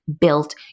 built